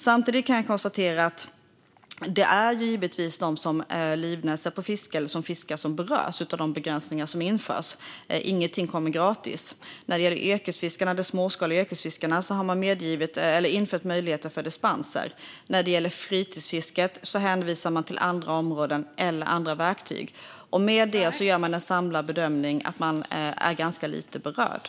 Samtidigt kan jag konstatera att det givetvis är de som livnär sig på fiske eller som fiskar som berörs av de begränsningar som införs. Ingenting kommer gratis. När det gäller de småskaliga yrkesfiskarna har man infört möjlighet till dispenser. När det gäller fritidsfisket hänvisar man till andra områden eller andra verktyg, och med det gör man en samlad bedömning att de som fiskar är ganska lite berörda.